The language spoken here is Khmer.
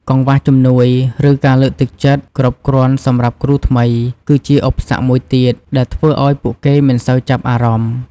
កង្វះជំនួយ ឬការលើកទឹកចិត្តគ្រប់គ្រាន់សម្រាប់គ្រូថ្មី គឺជាឧបសគ្គមួយទៀត ដែលធ្វើឲ្យពួកគេមិនសូវចាប់អារម្មណ៍។